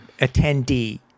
attendee